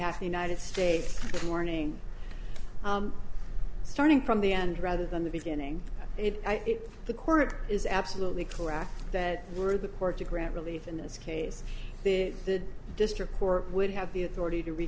has the united states morning starting from the end rather than the beginning if the court is absolutely correct that were the court to grant relief in this case the district court would have the authority to re